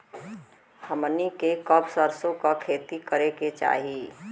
हमनी के कब सरसो क खेती करे के चाही?